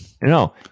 No